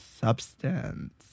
substance